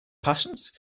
passions